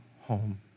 home